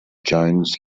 jones